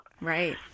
Right